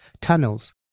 tunnels